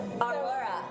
Aurora